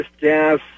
gas